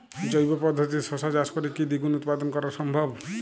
জৈব পদ্ধতিতে শশা চাষ করে কি দ্বিগুণ উৎপাদন করা সম্ভব?